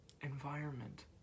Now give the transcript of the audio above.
environment